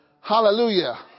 Hallelujah